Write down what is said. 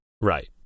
Right